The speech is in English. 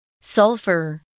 Sulfur